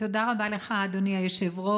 תודה רבה לך, אדוני היושב-ראש.